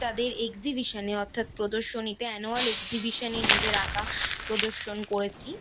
তাদের এক্সিভিশানে অর্থাৎ প্রদর্শনীতে অ্যানুয়াল এক্সিবিশানে নিজের আঁকা প্রদর্শন করেছি